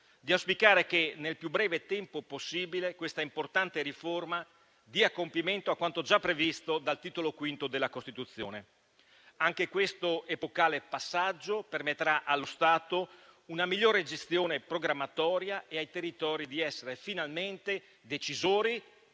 di auspicare che nel più breve tempo possibile questa importante riforma dia compimento a quanto già previsto dal Titolo V della Costituzione. Anche questo epocale passaggio permetterà allo Stato una migliore gestione programmatoria e ai territori di essere finalmente decisori,